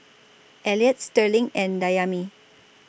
Elliot Sterling and Dayami